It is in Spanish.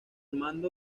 mando